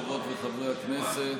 חברות וחברי הכנסת,